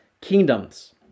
kingdoms